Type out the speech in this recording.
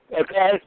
Okay